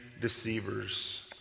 deceivers